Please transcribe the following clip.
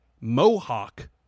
mohawk